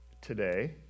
today